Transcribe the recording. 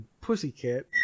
Pussycat